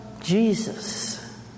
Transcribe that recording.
Jesus